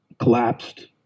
collapsed